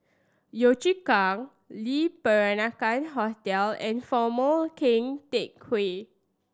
Yio Chu Kang Le Peranakan Hotel and Former Keng Teck Whay